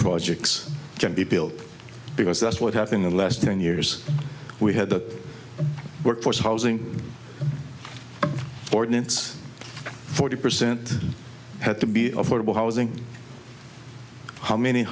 projects can be built because that's what happened in the last ten years we had the workforce housing ordinance forty percent had to be affordable housing how many